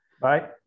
Bye